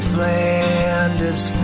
Flanders